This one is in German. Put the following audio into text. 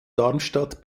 darmstadt